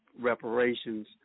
reparations